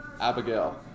Abigail